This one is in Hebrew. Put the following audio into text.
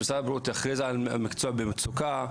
שמשרד הבריאות יכריז על מקצוע במצוקה.